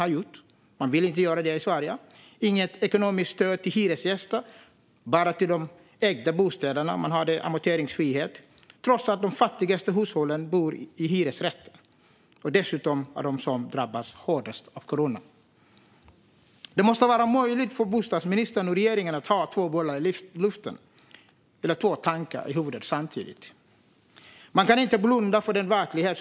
Det vill man inte göra i Sverige. Det finns inget ekonomiskt stöd till hyresgäster utan bara till ägda bostäder. Där har man amorteringsfrihet, trots att de fattigaste hushållen bor i hyresrätter och dessutom är de som drabbas hårdast av corona. Det måste vara möjligt för bostadsministern och regeringen att ha två bollar i luften eller två tankar i huvudet samtidigt. Man kan inte blunda för verkligheten.